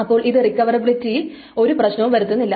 അപ്പോൾ ഇവിടെ റിക്കവറബിലിറ്റിയിൽ ഒരു പ്രശ്നം വരുന്നില്ല